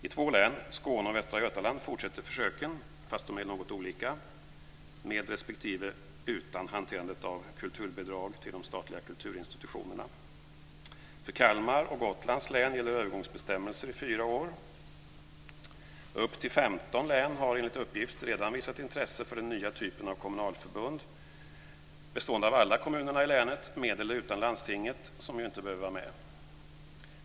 I två län, Skåne och Västra Götaland, fortsätter försöken, om än något olika, med respektive utan hanterandet av kulturbidrag till de statliga kulturinstitutionerna. För Kalmar och Gotlands län gäller övergångsbestämmelser i fyra år. Upp till 15 län har enligt uppgift redan visat intresse för den nya typen av kommunalförbund, bestående av alla kommunerna i länet - med eller utan landstinget, som ju inte behöver vara med.